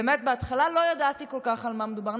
באמת בהתחלה לא ידעתי כל כך על מה מדובר.